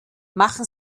machen